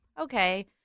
Okay